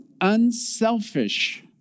unselfish